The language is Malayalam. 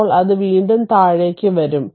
അപ്പോൾ അത് വീണ്ടും താഴേക്ക് വരും